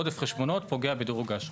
עודף חשבונות פוגע בדירוג האשראי.